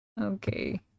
Okay